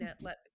let